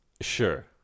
Sure